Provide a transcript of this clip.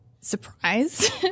surprised